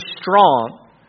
strong